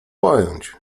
pojąć